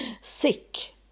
sick